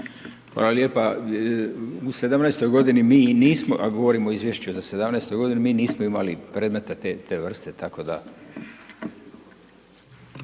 Hvala lijepa, u '17. godini mi i nismo, a govorimo o izvješću za '17. godinu, mi nismo imali predmete te vrste tako da.